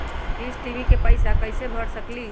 Dish TV के पैईसा कईसे भर सकली?